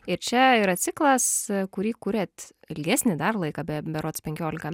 ir čia yra ciklas kurį kuriat ilgesnį dar laiką be berods penkiolika